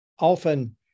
often